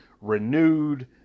renewed